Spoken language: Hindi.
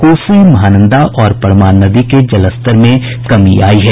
कोसी महानंदा और परमान नदी के जलस्तर में कमी आयी है